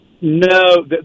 No